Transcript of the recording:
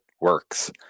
works